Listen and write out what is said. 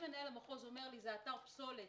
אם מנהל המחוז אומר: זה אתר פסולת